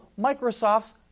Microsoft's